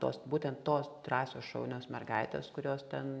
tos būtent tos drąsios šaunios mergaitės kurios ten